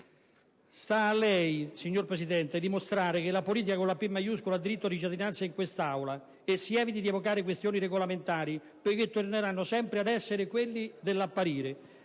Sta a lei, signor Presidente, dimostrare che la politica con la "P" maiuscola ha diritto di cittadinanza in quest'Aula. E si eviti di evocare questioni regolamentari perché torneremmo a quell'essere e a quell'apparire.